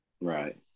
Right